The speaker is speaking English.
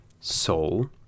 soul